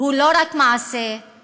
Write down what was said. היא לא רק מעשה לגיטימי,